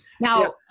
Now